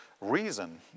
reason